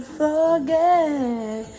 forget